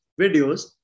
videos